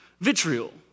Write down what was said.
vitriol